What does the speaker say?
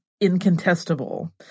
Incontestable